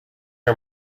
are